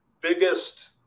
biggest